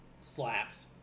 Slaps